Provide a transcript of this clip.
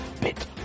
bit